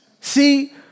See